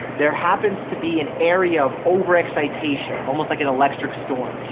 there happens to be an area of over-excitation, almost like an electric storm.